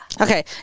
Okay